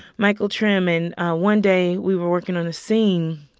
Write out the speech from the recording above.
michael trim. and one day, we were working on a scene,